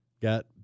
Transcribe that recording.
got